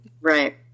Right